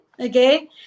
Okay